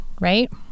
right